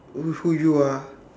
who who you ah